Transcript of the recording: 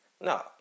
no